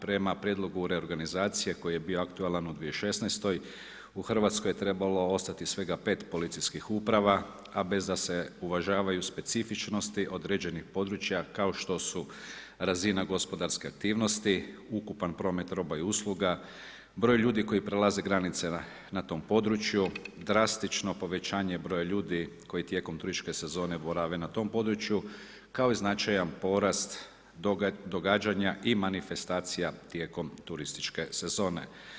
Prema prijedlogu reorganizacije, koji je bio aktualan u 2016. u Hrvatskoj je trebalo ostati svega 5 policijskih uprava, a bez da se uvažavaju specifičnosti određenih područja, kao što su razina gospodarske aktivnosti, ukupna promet roba i usluga, broj ljudi, koji prelaze granice na tom prostoru, drastično povećanje broja ljudi, koji tijekom turističke sezone borave na tom području, kao i značajan porast događanja i manifestacija tijekom turističke sezone.